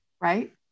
right